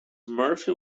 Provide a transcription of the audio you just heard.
murphy